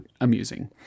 amusing